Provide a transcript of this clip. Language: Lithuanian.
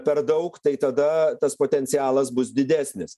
per daug tai tada tas potencialas bus didesnis